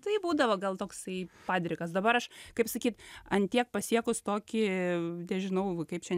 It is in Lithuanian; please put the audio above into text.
tai būdavo gal toksai padrikas dabar aš kaip sakyt ant tiek pasiekus tokį nežinau kaip čia